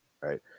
right